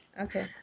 Okay